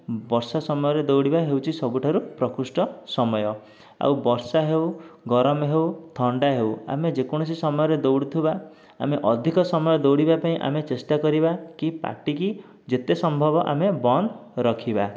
ବର୍ଷା ସମୟରେ ଦୌଡ଼ିବା ହେଉଛି ସବୁଠାରୁ ପ୍ରକୃଷ୍ଟ ସମୟ ଆଉ ବର୍ଷା ହେଉ ଗରମ ହେଉ ଥଣ୍ଡା ହେଉ ଆମେ ଯେ କୌଣସି ସମୟରେ ଦୌଡ଼ୁଥିବା ଆମେ ଅଧିକ ସମୟ ଦୌଡ଼ିବା ପାଇଁ ଆମେ ଚେଷ୍ଟା କରିବା କି ପାଟିକି ଯେତେ ସମ୍ଭବ ଆମେ ବନ୍ଦ ରଖିବା